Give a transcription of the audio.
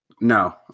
No